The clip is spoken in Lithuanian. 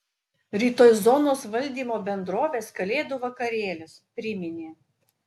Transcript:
rytoj zonos valdymo bendrovės kalėdų vakarėlis priminė